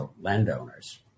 landowners